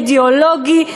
אידיאולוגי,